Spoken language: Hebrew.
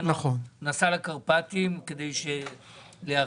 הוא נסע לקרפטים כדי להרגיע,